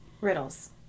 Riddles